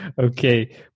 Okay